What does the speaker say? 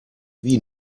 wie